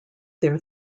their